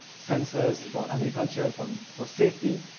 sensors for agriculture, for and for safety.